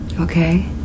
Okay